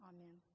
Amen